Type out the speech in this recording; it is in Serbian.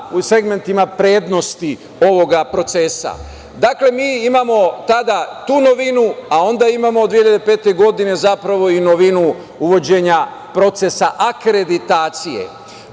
u segmentima prednosti ovog procesa. Dakle, mi imamo tada tu novinu, a onda imamo od 2005. godine i novinu uvođenja procesa akreditacije.